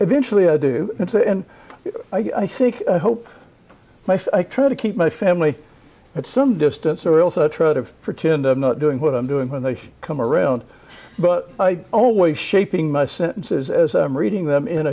eventually i do and so and i think i hope my fake try to keep my family at some distance or also try to pretend i'm not doing what i'm doing when they come around but i always shaping my sentences as i'm reading them in